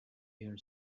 air